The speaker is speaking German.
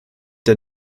der